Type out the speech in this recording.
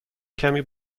کمی